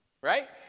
right